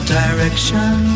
direction